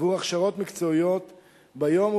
הכשרות מקצועיות ביום,